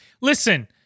Listen